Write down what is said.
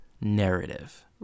narrative